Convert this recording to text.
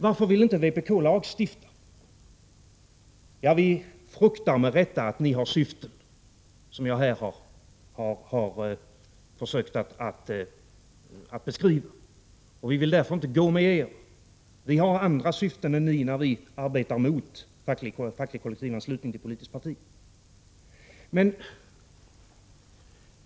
Varför vill inte vpk lagstifta? Vi fruktar med rätta att ni har syften som jag här har försökt att beskriva, och vi vill därför inte gå med er. Vi har andra syften än ni när vi arbetar mot kollektivanslutning till politiskt parti.